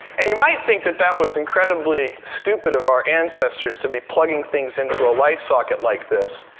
and you might think that that was incredibly stupid of our ancestors to be plugging things into a light socket like this.